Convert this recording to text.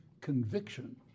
conviction